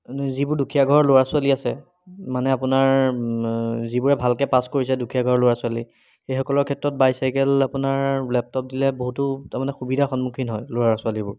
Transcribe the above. যিবোৰ দুখীয়া ঘৰৰ ল'ৰা ছোৱালী আছে মানে আপোনাৰ যিবোৰে ভালকৈ পাছ কৰিছে দুখীয়া ঘৰৰ ল'ৰা ছোৱালী সেইসকলৰ ক্ষেত্ৰত বাইচাইকেল আপোনাৰ লেপটপ দিলে তাৰমানে বহুতো সুবিধাৰ সন্মুখীন হয় ল'ৰা ছোৱালীবোৰ